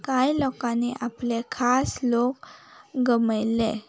कांय लोकांनी आपले खास लोक गमयल्ले